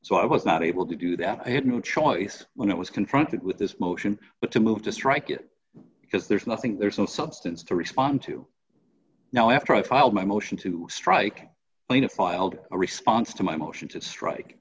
so i was not able to do that i had no choice when it was confronted with this motion but to move to strike it because there's nothing there's no substance to respond to now after i filed my motion to strike filed a response to my motion to strike